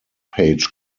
page